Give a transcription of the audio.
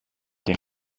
και